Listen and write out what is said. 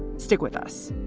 stick with us